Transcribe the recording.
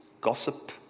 gossip